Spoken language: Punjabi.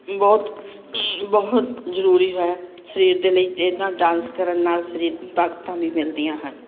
ਬਹੁਤ ਬਹੁਤ ਜ਼ਰੂਰੀ ਹੈ ਸਰੀਰ ਦੇ ਲਈ ਇਹਦੇ ਨਾਲ ਡਾਂਸ ਕਰਨ ਨਾਲ ਸਰੀਰ ਨੂੰ ਤਾਕਤਾਂ ਵੀ ਮਿਲਦੀਆਂ ਹਨ